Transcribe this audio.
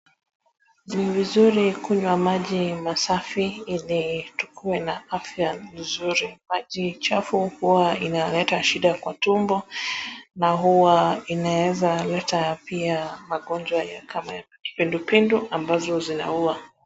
Ni vizuri kunywa maji safi ili tuwe na afya vizuri. Maji chafu huwa inaleta shida kwa tumbo na huwa inaeza leta pia magonjwa ya kama ya kipindupindu ambazo zinaua.